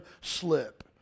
slip